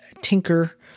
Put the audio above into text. tinker